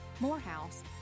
Morehouse